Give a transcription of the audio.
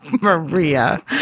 Maria